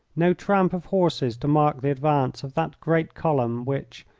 no tramp of horses to mark the advance of that great column which,